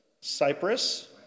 Cyprus